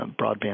broadband